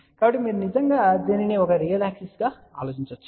కాబట్టి మీరు నిజంగా దీనిని ఒక రియల్ యాక్సిస్ గా ఆలోచించవచ్చు